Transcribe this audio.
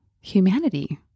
humanity